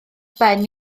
ben